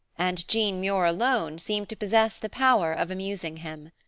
and jean muir alone seemed to possess the power of amusing him.